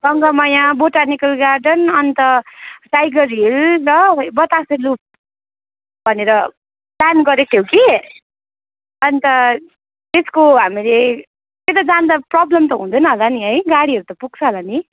Gangamaya botanical garden अनि त Tiger Hill र बतासे लुप भनेर प्लान गरेको थियौँ कि अनि त त्यसको हामीले त्यता जाँदा प्रब्लम त हुँदैन होला नि है गाडीहरू त पुग्छ होला नि